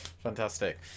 fantastic